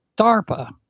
DARPA